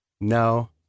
No